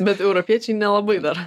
bet europiečiai nelabai dar